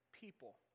people